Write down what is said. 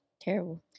terrible